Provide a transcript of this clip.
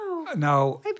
No